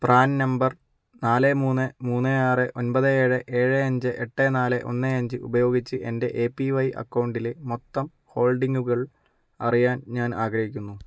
PRAN number നാല് മൂന്ന് മൂന്ന് ആറ് ഒൻപത് ഏഴ് ഏഴ് അഞ്ച് എട്ട് നാല് ഒന്ന് അഞ്ച് ഉപയോഗിച്ച് എൻ്റെ എ പി വൈ അക്കൗണ്ടിലെ മൊത്തം ഹോൾഡിംഗുകൾ അറിയാൻ ഞാൻ ആഗ്രഹിക്കുന്നു